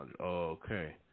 Okay